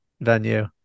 venue